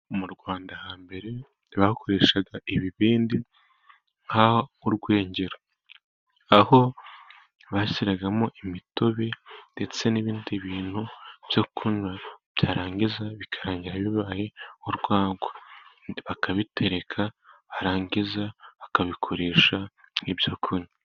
Mu Rwanda, hambere bakoreshaga ibibindi nk'urwengero, aho bashyiragamo imitobe ndetse n'ibindi bintu byo kunywa, byarangiza bikarangira bibaye urwangwa, bakabitereka, barangiza bakabikoresha nk'ibyo kunywa.